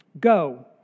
Go